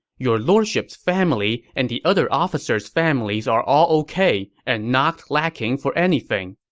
your lordship's family and the other officers' families are all ok and not lacking for anything.